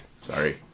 Sorry